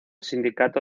sindicato